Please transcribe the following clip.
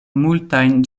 multajn